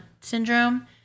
syndrome